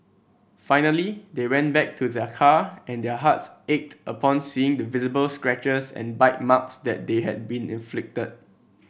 finally they went back to their car and their hearts ached upon seeing the visible scratches and bite marks that had been inflicted